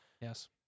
yes